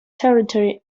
territory